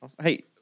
Hey